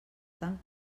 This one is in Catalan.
tant